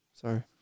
Sorry